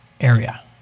area